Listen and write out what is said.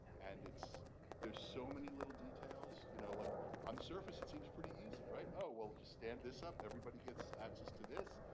and it's there's so many little details. you know, like on the surface it seems pretty easy, right? oh, well stand this up. everybody gets access to this.